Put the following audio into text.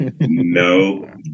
no